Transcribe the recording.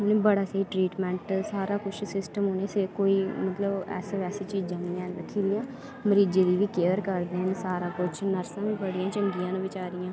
उनें बड़ा स्हेई ट्रीटमैंट सारा कुछ सिस्टम उ'नें स्हेई कोई मतलब ऐसी बैसी सी चीजां नी ऐन रक्खी दियां मरीजें दी बी केयर करदे न सारा कछ नर्सां बड़ियां चंगियां न बेचारियां